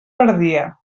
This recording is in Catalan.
perdia